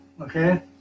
Okay